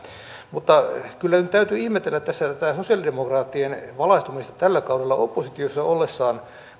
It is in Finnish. mutta kyllä nyt täytyy ihmetellä tässä tätä sosialidemokraattien valaistumista tällä kaudella oppositiossa ollessaan